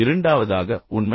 இரண்டாவதாக உண்மை